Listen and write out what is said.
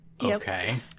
Okay